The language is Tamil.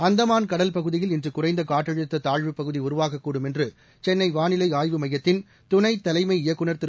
அந்தமான் கடல்பகுதியில் இன்று குறைந்த காற்றழுத்த தாழ்வுப் பகுதி உருவாகக் கூடும் என்று சென்னை வாளிலை ஆய்வு மையத்தின் துணைத் தலைமை இயக்குநர் திரு